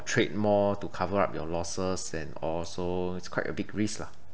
trade more to cover up your losses and all so it's quite a big risk lah